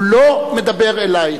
הוא לא מדבר אלייך.